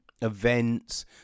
events